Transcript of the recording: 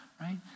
right